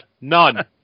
None